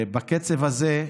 בקצב הזה,